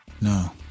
No